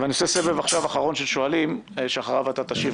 ואני עושה סביב אחרון של שואלים שאחריו אתה תשיב.